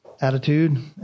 attitude